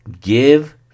give